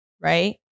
Right